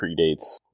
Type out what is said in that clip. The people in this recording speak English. predates